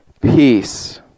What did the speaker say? peace